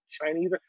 Chinese